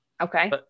Okay